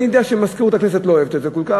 אני יודע שמזכירות הכנסת לא אוהבת את זה כל כך.